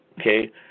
okay